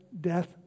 death